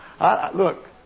Look